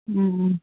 മ്മ് മ്മ്